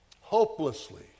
hopelessly